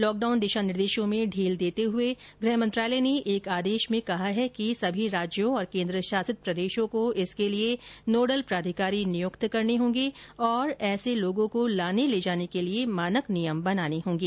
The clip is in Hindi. लॉकडाउन दिशा निर्देशों में ढील देते हुए गृह मंत्रालय ने एक आदेश में कहा है कि सभी राज्यों और केन्द्रशासित प्रदेशों को इसके लिए नोडल प्राधिकारी नियुक्त करने होंगे और ऐसे व्यक्तियों को लाने ले जाने के लिए मानक नियम बनाने होंगे